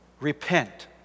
repent